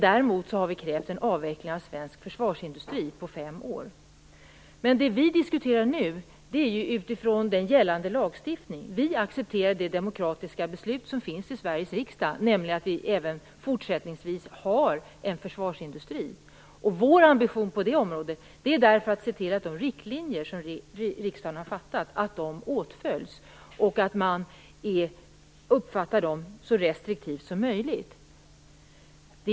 Däremot har vi krävt en avveckling av svensk försvarsindustri under fem år. Vi diskuterar här utifrån gällande lagstiftning. Jag accepterar det demokratiska beslut som har fattats av Sveriges riksdag, nämligen att det även fortsättningsvis skall finnas en försvarsindustri. Vår ambition på det området är att se till att de riktlinjer som riksdagen har fastslagit åtföljs och att de uppfattas så restriktivt som möjligt.